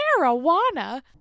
marijuana